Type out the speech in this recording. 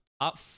up